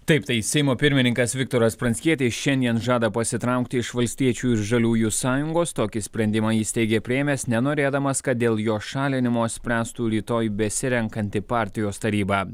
taip tai seimo pirmininkas viktoras pranckietis šiandien žada pasitraukti iš valstiečių ir žaliųjų sąjungos tokį sprendimą jis teigė priėmęs nenorėdamas kad dėl jo šalinimo spręstų rytoj besirenkanti partijos taryba